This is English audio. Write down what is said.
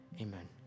amen